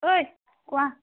ঐ কোৱা